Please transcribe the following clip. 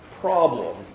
problem